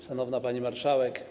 Szanowna Pani Marszałek!